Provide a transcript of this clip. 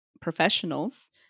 professionals